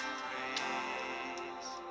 praise